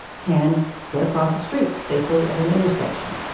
can get across a street safely at an intersection.